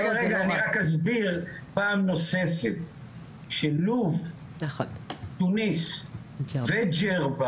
רגע, אני רק אסביר פעם נוספת שלוב, תוניס וג'רבה,